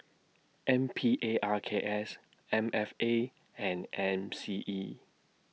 N P A R K S M F A and M C E